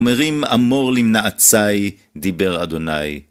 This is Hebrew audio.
אומרים, אמור למנעצי, דיבר אדוני.